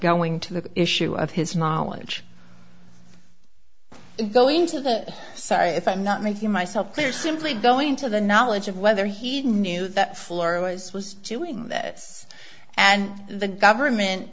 going to the issue of his knowledge going to the side if i'm not making myself clear simply going to the knowledge of whether he knew that fleur was was doing this and the government